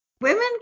Women